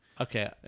Okay